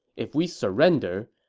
if we surrender,